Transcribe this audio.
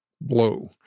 blow